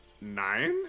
Nine